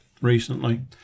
recently